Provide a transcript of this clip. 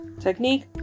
Technique